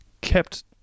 kept